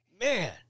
Man